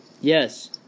Yes